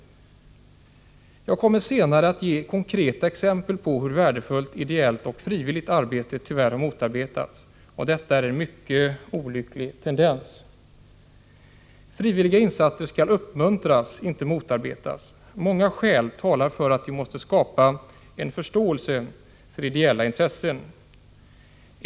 Jag kommer senare att ge konkreta exempel på hur värdefullt ideellt och frivilligt arbete tyvärr har motarbetats. Och detta är en mycket olycklig tendens. Frivilliga insatser bör uppmuntras, inte motarbetas. Många skäl talar för att vi måste skapa en större förståelse för ideella intressen.